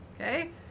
okay